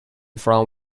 from